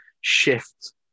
shift